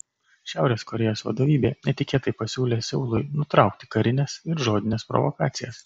šiaurės korėjos vadovybė netikėtai pasiūlė seului nutraukti karines ir žodines provokacijas